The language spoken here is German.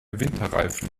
winterreifen